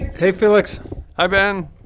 hey, felix hi, ben